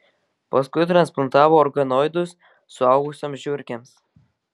paskui transplantavo organoidus suaugusioms žiurkėms